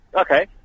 Okay